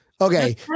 Okay